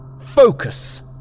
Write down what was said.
Focus